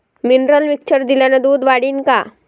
Mineral mixture दिल्यानं दूध वाढीनं का?